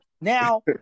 now